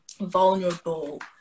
vulnerable